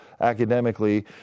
academically